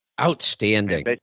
Outstanding